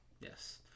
Yes